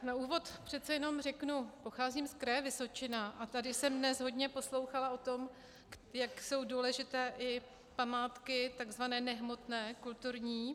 Na úvod přece jenom řeknu, pocházím z Kraje Vysočina a tady jsem dnes hodně poslouchala o tom, jak jsou důležité i památky tzv. nehmotné kulturní.